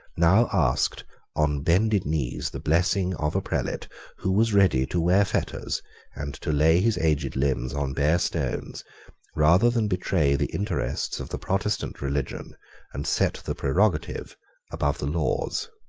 now asked on bended knees the blessing of a prelate who was ready to wear fetters and to lay his aged limbs on bare stones rather than betray the interests of the protestant religion and set the prerogative above the laws.